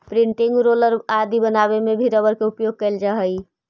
printing roller आदि बनावे में भी रबर के उपयोग कैल जा हइ